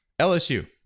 LSU